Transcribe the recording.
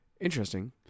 interesting